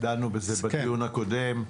דנו בזה בדיון הקודם,